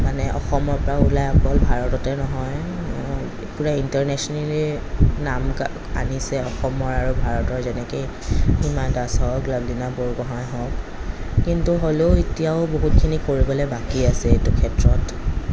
মানে অসমৰ পৰা ওলাই অকল ভাৰততে নহয় পূৰা ইনটাৰনেচনেলী নাম আনিছে অসমৰ আৰু ভাৰতৰ যেনেকৈ হিমা দাস হওক লাভলীনা বৰগোহাঁই হওক কিন্তু হ'লেও এতিয়াও বহুতখিনি কৰিবলৈ বাকী আছে এইটো ক্ষেত্ৰত